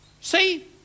See